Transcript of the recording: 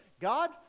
God